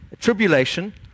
tribulation